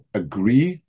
agree